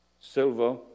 silver